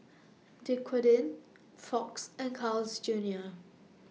Dequadin Fox and Carl's Junior